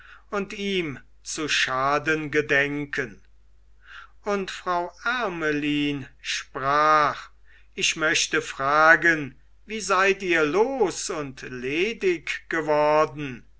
und ihm zu schaden gedenken und frau ermelyn sprach ich möchte fragen wie seid ihr los und ledig geworden